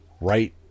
right